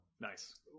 Nice